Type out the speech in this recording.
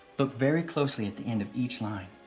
look very closely at the end of each line.